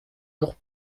jours